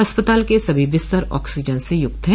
अस्पताल के सभी बिस्तर ऑक्सीजन से युक्त है